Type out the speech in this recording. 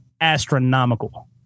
astronomical